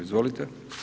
Izvolite.